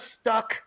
stuck